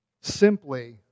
simply